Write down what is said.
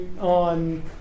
on